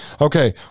okay